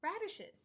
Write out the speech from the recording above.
Radishes